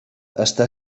està